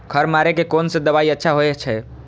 खर मारे के कोन से दवाई अच्छा होय छे?